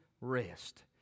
rest